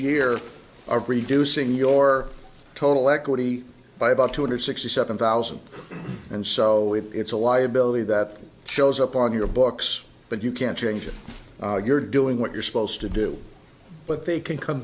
year reducing your total equity by about two hundred sixty seven thousand and so it's a liability that shows up on your books but you can't change it you're doing what you're supposed to do but they can come